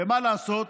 ומה לעשות,